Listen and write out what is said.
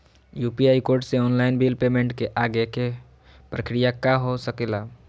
UPI code से online bill payment के आगे के प्रक्रिया का हो सके ला?